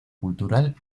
cultural